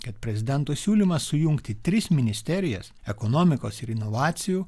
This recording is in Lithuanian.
kad prezidento siūlymas sujungti tris ministerijas ekonomikos ir inovacijų